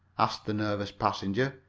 asked the nervous passenger.